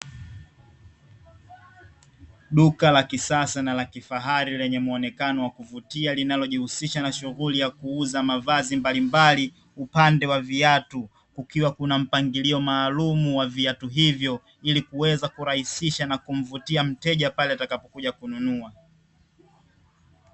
Duka la kisasa na la kifahari lenye muonekano wa kuvutia, linalojihusisha na shughuli ya kuuza mavazi mbalimbali, upande wa viatu kukiwa na Kuna mpangilio maalumu wa viatu hivyo, ili kuweza kurahisisha na kumvutia mteja pale atakapokuja kununua.